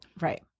Right